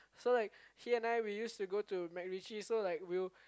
so I he and I actually used to go to MacRitchie and we used to